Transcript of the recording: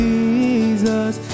Jesus